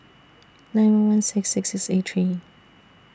nine one one six six six eight three